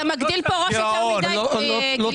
אתה מגדיל פה ראש יותר מדי, גלעד.